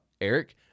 eric